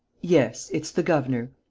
yes, it's the governor.